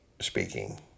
speaking